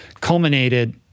culminated